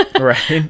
Right